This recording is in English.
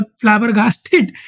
flabbergasted